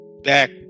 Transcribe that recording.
back